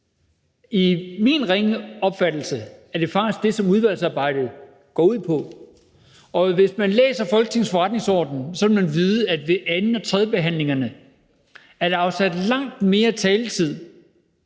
min ringe opfattelse er det faktisk det, som udvalgsarbejdet går ud på, og hvis man læser Folketingets forretningsorden, vil man vide, at ved anden- og tredjebehandlingerne er der afsat langt mere taletid,